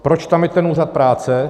Proč tam je ten úřad práce?